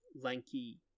lanky